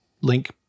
link